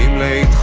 very